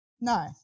No